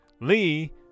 Lee